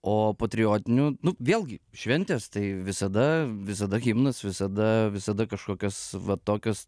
o patriotinių vėlgi šventės tai visada visada himnas visada visada kažkokios va tokios